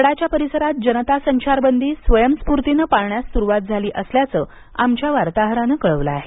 गडाच्या परिसरात जनता संचारबंदी स्वयंस्फूर्तीनं पाळण्यास सुरुवात झाली असल्याचं आमच्या वार्ताहराने कळवलं आहे